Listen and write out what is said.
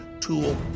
tool